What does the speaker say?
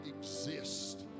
exist